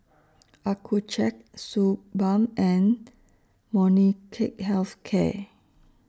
Accucheck Suu Balm and Molnylcke Health Care